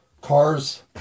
cars